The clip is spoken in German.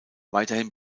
weiterhin